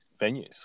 venues